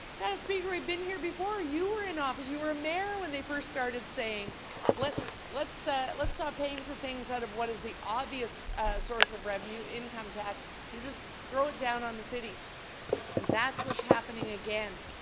madam speaker, we've been here before you were in office, you were mayor when they first started saying let's let's ah stop paying for things out of what is the obvious source of revenue, income tax and just throw it down on the cities and that's what's happening again.